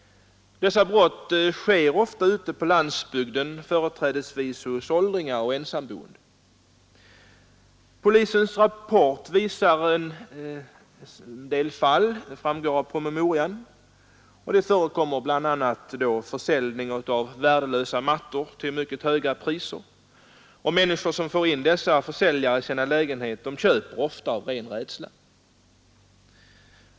Brotten sker ofta på landsbygden, företrädesvis hos åldringar och ensamboende. Polisens rapport visar en del fall. Det framgår av promemorian att det bl.a. förekommer försäljning av värdelösa mattor till mycket höga priser. Människor som får in dessa försäljare i sina lägenheter köper ofta av ren rädsla.